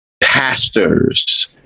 pastors